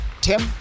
Tim